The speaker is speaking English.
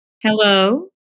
Hello